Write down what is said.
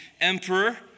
emperor